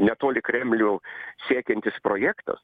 netoli kremlių siekiantis projektas